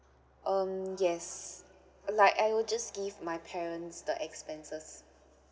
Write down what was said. um yes like I will just give my parents the expenses